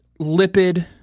lipid